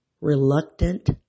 reluctant